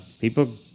people